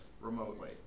remotely